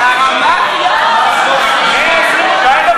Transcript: רק